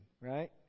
Right